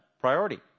priority